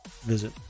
visit